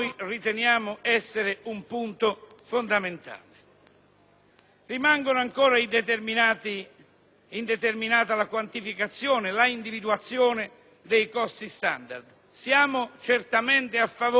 Rimangono ancora indeterminate la quantificazione e l'individuazione dei costi standard. Siamo certamente a favore del superamento della spesa storica,